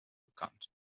bekannt